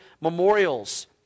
memorials